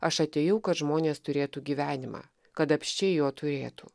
aš atėjau kad žmonės turėtų gyvenimą kad apsčiai jo turėtų